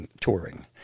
touring